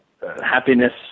happiness